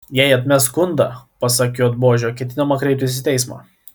jei atmes skundą pasak j bozio ketinama kreiptis į teismą